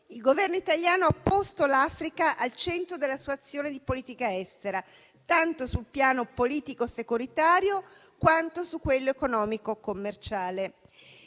il Governo italiano ha posto l'Africa al centro della sua azione di politica estera, tanto sul piano politico-securitario quanto su quello economico-commerciale.